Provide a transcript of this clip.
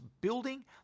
building